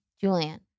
Julian